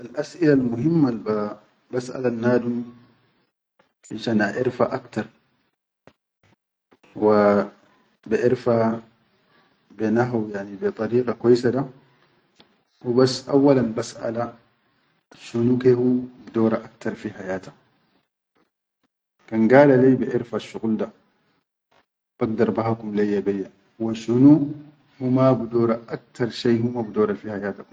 Al-asilal muhimma al basʼalannadum finshan aʼarfa aktar wa baʼarfa be nahaw yani be darika kwaise da hubas awwalan basʼala shunu ke hu bidora aktar fi hayata, kan gala lai baʼerfassguqul da bagdar bahakum leyya beyya, wa shunu hu ma bidora aktar beyya, wa shunu hu ma bidora aktar shai hu ma bidora.